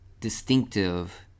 distinctive